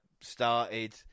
started